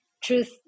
truth